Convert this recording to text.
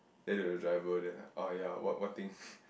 then I look at the driver then like orh ya what what thing